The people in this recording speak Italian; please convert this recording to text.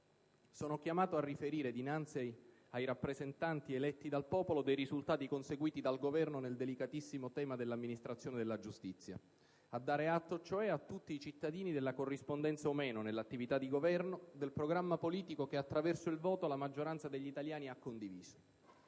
sono chiamato a riferire dinanzi ai rappresentanti eletti dal popolo dei risultati conseguiti dal Governo nel delicatissimo tema dell'amministrazione della giustizia, a dare conto cioè a tutti i cittadini della corrispondenza o meno, nell'attività di governo, del programma politico che, attraverso il voto, la maggioranza degli italiani ha condiviso.